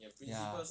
ya